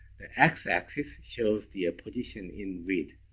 the x-axis shows the ah position in read.